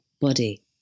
body